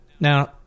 Now